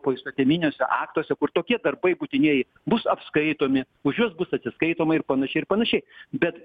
poįstatyminiuose aktuose kur tokie darbai būtinieji bus apskaitomi už juos bus atsiskaitoma ir panašiai ir panašiai bet